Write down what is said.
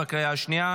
20 בעד,